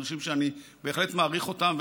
אני חושב שאני בהחלט מעריך אותם,